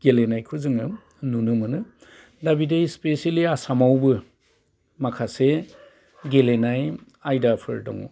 गेलेनायखौ जोङो नुनो मोनो दा बिदि स्पेसियेलि आसामावबो माखासे गेलेनाय आयदाफोर दङ